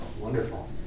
Wonderful